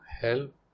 help